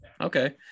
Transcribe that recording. okay